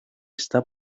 está